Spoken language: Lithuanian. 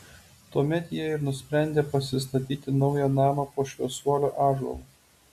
tuomet jie ir nusprendė pasistatyti naują namą po šviesuolių ąžuolu